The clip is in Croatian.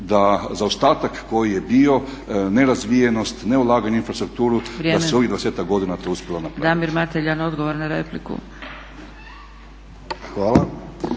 da zaostatak koji je bio nerazvijenost, ne ulaganje u infrastrukturu da se u ovih 20-ak godina to uspjelo napraviti.